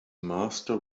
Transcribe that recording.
master